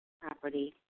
property